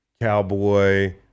Cowboy